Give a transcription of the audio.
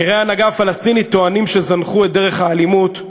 בכירי ההנהגה הפלסטינית טוענים שזנחו את דרך האלימות.